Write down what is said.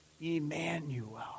Emmanuel